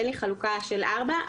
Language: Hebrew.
אין לי חלוקה של ארבע,